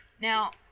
Now